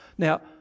Now